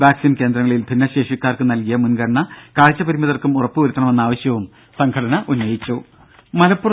vaccine കേന്ദ്രങ്ങളിൽ ഭിന്നശേഷിക്കാർക്ക് നൽകിയ മുൻഗണന കാഴ്ച പരിമിതർക്കും ഉറപ്പുവരുത്തണമെന്ന ആവശ്യവും സംഘടന ഉന്നയിച്ചു